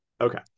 Okay